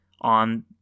on